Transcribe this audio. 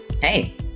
hey